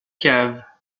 cave